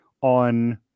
on